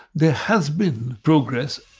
there has been progress